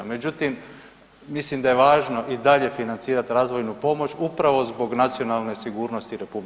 Međutim, mislim da je važno i dalje financirati razvojnu pomoć upravo zbog nacionalne sigurnosti RH.